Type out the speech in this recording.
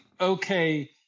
okay